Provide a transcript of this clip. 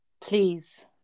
Please